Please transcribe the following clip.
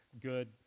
good